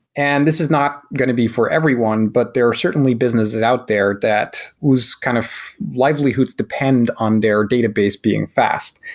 and this is not going to be for everyone, but there are certainly businesses out there that whose kind of livelihoods depend on their database being fast.